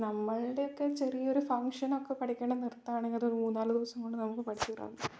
നമ്മളുടെ ഒക്കെ ചെറിയ ഒരു ഫങ്ക്ഷനൊക്കെ പഠിക്കുന്ന നൃത്തമാണെങ്കിൽ ഒരു മൂന്ന് നാല് ദിവസം കൊണ്ട് നമുക്ക് പഠിച്ചിറങ്ങാം